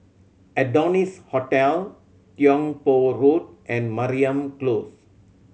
Adonis Hotel Tiong Poh Road and Mariam Close